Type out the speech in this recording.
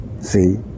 See